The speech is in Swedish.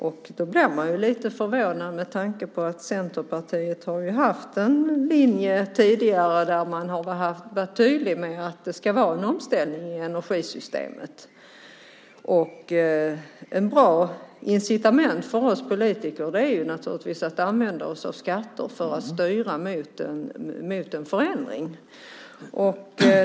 Jag blir lite förvånad med tanke på att Centerpartiet ju tidigare haft en linje där man varit tydlig med att det ska ske en omställning av energisystemet. Ett bra incitament för oss politiker är att använda just skatter för att styra mot en förändring.